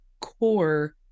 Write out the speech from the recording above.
core